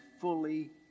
fully